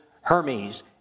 Hermes